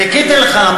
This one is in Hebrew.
חיכיתי לך,